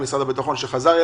הביטחון.